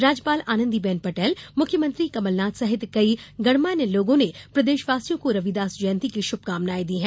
राज्यपाल आनंदीबेन पटेल मुख्यमंत्री कमलनाथ सहित कई गणमान्य लोगों ने प्रदेशवासियों को रविदास जयंती की शुभकामनाएं दी हैं